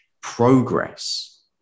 progress